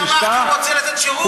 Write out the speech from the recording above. הוא שמח כי הוא רוצה לתת שירות,